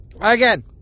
Again